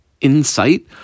insight